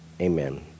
Amen